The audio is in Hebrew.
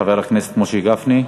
חבר הכנסת משה גפני,